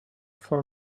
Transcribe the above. for